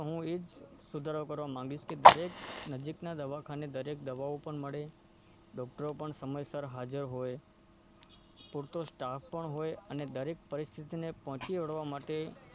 તો હું એ જ સુધારો કરવા માગીશ કે દરેક નજીકના દવાખાને દરેક દવાઓ પણ મળે ડૉક્ટરો પણ સમયસર હાજર હોય પૂરતો સ્ટાફ પણ હોય અને દરેક પરિસ્થિતિને પહોંચી વળવા માટે